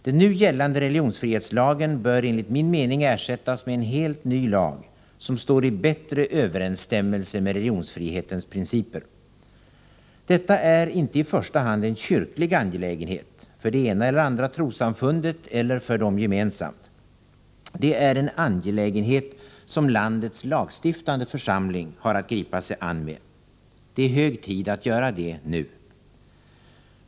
Den nu gällande religionsfrihetslagen bör enligt min mening ersättas med en helt ny lag, som står i bättre överensstämmelse med religionsfrihetens principer. Detta är inte i första hand en kyrklig angelägenhet — för det ena eller andra trossamfundet, eller för dem gemensamt. Det är en angelägenhet som landets lagstiftande församling har att gripa sig an med. Det är hög tid att göra det nu.